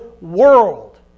world